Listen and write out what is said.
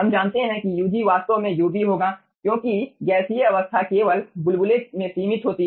हम जानते हैं कि ug वास्तव में ub होगा क्योंकि गैसीय अवस्था केवल बुलबुले में सीमित होती है